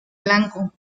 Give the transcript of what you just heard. blanco